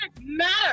matter